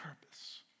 purpose